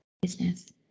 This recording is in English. business